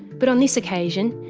but on this occasion,